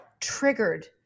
triggered